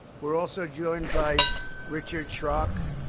we're also joined by richard schok,